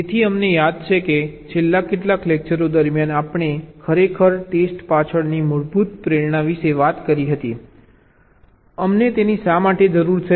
તેથી અમને યાદ છે કે છેલ્લા કેટલાક લેકચરો દરમિયાન આપણે ખરેખર ટેસ્ટ પાછળની મૂળભૂત પ્રેરણા વિશે વાત કરી હતી અમને તેની શા માટે જરૂર છે